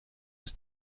ist